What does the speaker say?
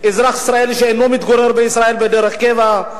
"אזרח ישראלי שאינו מתגורר בישראל בדרך קבע".